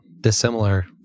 dissimilar